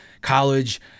college